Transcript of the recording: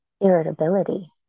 irritability